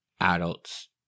adults